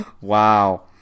wow